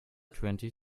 twenty